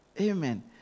Amen